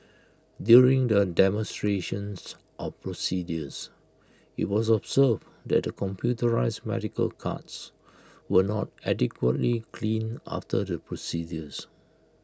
during the demonstrations of procedures IT was observed that the computerised medical carts were not adequately cleaned after the procedures